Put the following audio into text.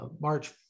March